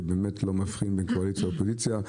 שבאמת לא מבחין בין קואליציה לאופוזיציה.